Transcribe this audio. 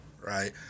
right